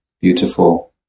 beautiful